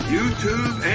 YouTube